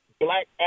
black